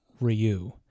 Ryu